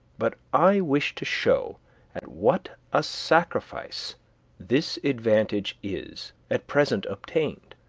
but i wish to show at what a sacrifice this advantage is at present obtained,